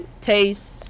Taste